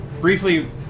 briefly